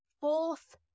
fourth